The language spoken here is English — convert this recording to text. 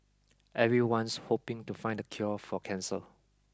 everyone's hoping to find the cure for cancer